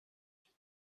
there